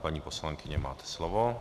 Paní poslankyně, máte slovo.